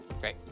Great